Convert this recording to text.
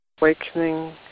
awakening